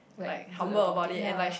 like good about it ya